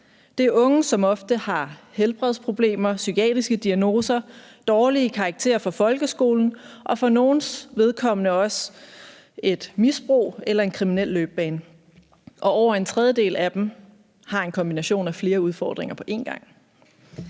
Det er unge, som ofte har helbredsproblemer, psykiatriske diagnoser, dårlige karakterer fra folkeskolen og for nogles vedkommende også et misbrug eller en kriminel løbebane, og over en tredjedel af dem har en kombination af flere udfordringer på en gang.